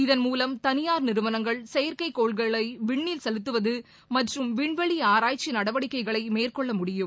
இதன் மூலம் தனியார் நிறுவனங்கள் செயற்கைக்கோள்களை விண்ணில் செலுத்துவது மற்றும் விண்வெளி ஆராய்ச்சி நடவடிக்கைகளை மேற்கொள்ள முடியும்